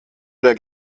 der